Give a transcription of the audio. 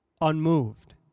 unmoved